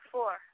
Four